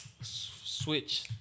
switch